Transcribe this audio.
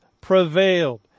prevailed